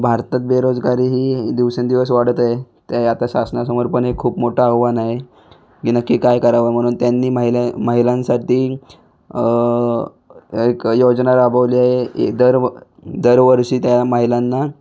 भारतात बेरोजगारी ही दिवसेंदिवस वाढत आहे ते आता शासनासमोर पण एक खूप मोठं आव्हान आहे की नक्की काय करावं म्हणून त्यांनी महिल्या महिलांसाठी एक योजना राबवली आहे ए दर्व दरवर्षी त्या महिलांना